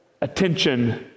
attention